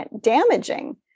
damaging